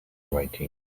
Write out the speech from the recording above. writing